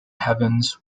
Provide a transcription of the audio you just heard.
heavens